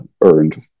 earned